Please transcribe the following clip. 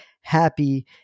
happy